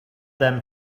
them